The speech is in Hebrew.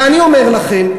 ואני אומר לכם,